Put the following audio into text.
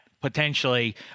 potentially